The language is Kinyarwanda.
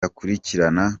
akurikirana